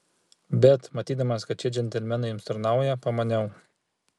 bet matydamas kad šie džentelmenai jums tarnauja pamaniau